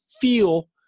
feel